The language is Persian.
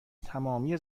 تمامی